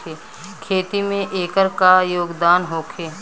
खेती में एकर का योगदान होखे?